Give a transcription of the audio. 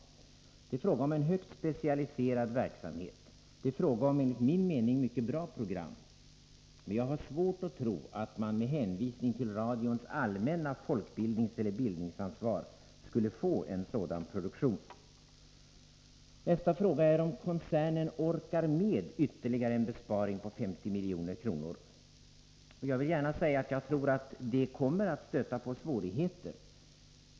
Det är fråga om en högt specialiserad verksamhet och enligt min mening mycket bra program. Jag har svårt att tro att man med hänvisning till radions allmänna folkbildningseller bildningsansvar skulle kunna upprätthålla nuvarande produktion. Nästa fråga är om koncernen orkar med en besparing på ytterligare 50 miljoner. Jag vill gärna säga att jag tror att det kommer att stöta på svårigheter.